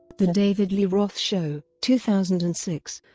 the david lee roth show two thousand and six